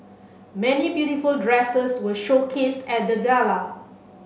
many beautiful dresses were showcased at the gala